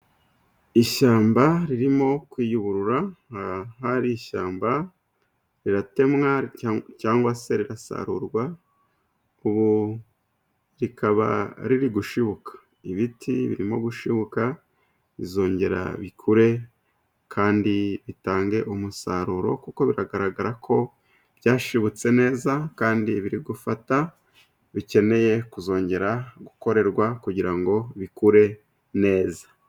Ishyamba ririmo kuyuburura, nkahari ishyamba riratemwa cyangwa se rirasarurwa ubu rikaba riri gushibuka. Ibiti birimo gushibuka bizongera bikure kandi bitange umusaruro, kuko bigaragara ko byashibutse neza kandi biri gufata bikeneye kuzongera gukorerwa kugira ngo bikure neza.